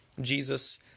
Jesus